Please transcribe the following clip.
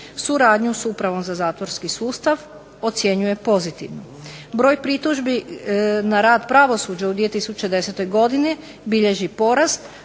Suradnju s upravom za zatvorski sustav ocjenjuje pozitivnom. Broj pritužbi na rad pravosuđa u 2010. godini bilježi porast,